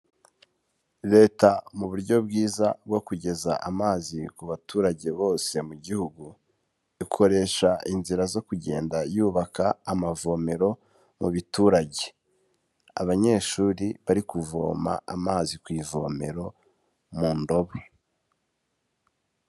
Leta mu buryo bwiza bwo kugeza amazi ku baturage bose mu gihugu, ikoresha inzira zo kugenda yubaka amavomero mu biturage, abanyeshuri bari kuvoma amazi ku ivomero mu ndobo.